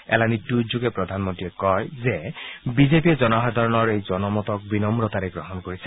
এলানি টুইটযোগে প্ৰধানমন্ৰীয়ে কয় যে বিজেপিয়ে জনসাধাৰণৰ এই জনমতক বিনম্ৰতাৰে গ্ৰহণ কৰিছে